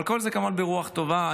אבל כל זה כמובן ברוח טובה.